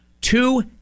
two